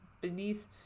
beneath